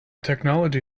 technology